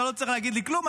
אתה לא צריך להגיד לי כלום,